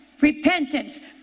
Repentance